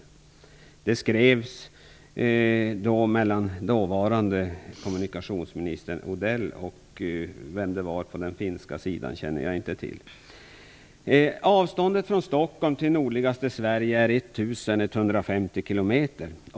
När avtalet skrevs var Mats Odell kommunikationsminister i Sverige, men vem som var kommunikationsminister i Finland vid den tidpunkten känner jag inte till. Avståndet från Stockholm till nordligaste Sverige är 1 150 kilometer.